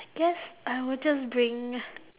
I guess I will just bring